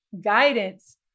guidance